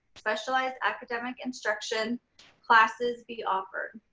specialized academic instruction classes be offered?